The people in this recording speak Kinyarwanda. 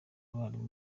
abarimu